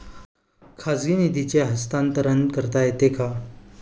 खाजगी निधीचे हस्तांतरण करता येते का?